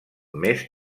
més